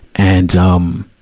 and, um,